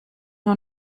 nur